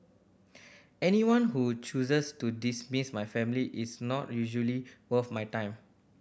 anyone who chooses to dismiss my family is not usually worth my time